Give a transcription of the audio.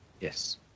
yes